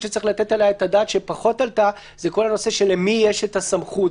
שצריך לתת עליה את הדעת שפחות עלתה זה כל הנושא של למי יש את הסמכות,